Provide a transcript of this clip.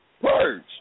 Purge